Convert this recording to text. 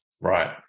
right